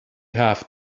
have